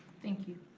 thank you.